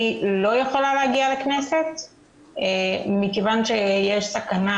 אני לא יכולה להגיע לכנסת כיוון שיש סכנה